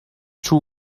two